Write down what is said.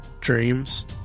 dreams